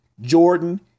Jordan